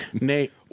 Nate